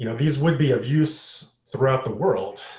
you know these would be of use throughout the world.